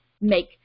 make